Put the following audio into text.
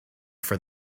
for